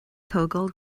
tógáil